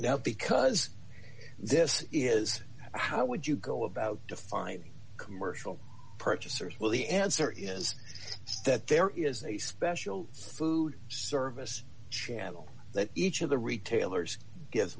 now because this is how would you go about defining commercial purchasers well the answer is that there is a special food service channel that each of the retailers gives